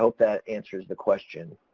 hope that answers the question.